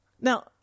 Now